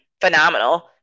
phenomenal